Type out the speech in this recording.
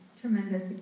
tremendous